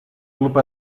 club